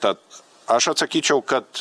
tad aš atsakyčiau kad